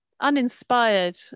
Uninspired